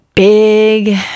Big